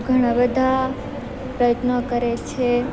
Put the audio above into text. ઘણાં બધાં પ્રયત્નો કરે છે